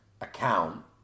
account